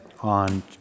on